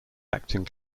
acting